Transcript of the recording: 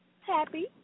Happy